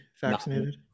vaccinated